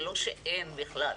זה לא שאין בכלל.